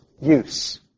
use